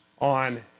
on